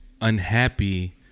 Unhappy